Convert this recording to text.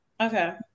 Okay